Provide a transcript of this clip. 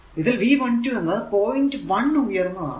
ഇതിൽ V12 എന്നത് point 1 ഉയർന്നതാണ്